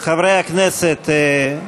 חברי הכנסת,